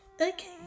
Okay